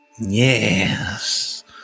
Yes